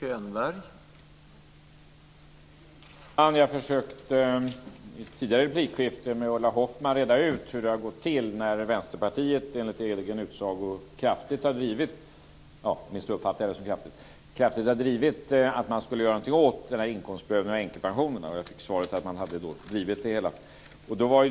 Herr talman! Jag försökte i ett tidigare replikskifte med Ulla Hoffmann reda ut hur det har gått till när Vänsterpartiet enligt egen utsago kraftigt har drivit - i varje fall uppfattade jag det som kraftigt - att man skulle göra någonting åt inkomstprövningen av änkepensionerna. Jag fick svaret att man drivit det hela.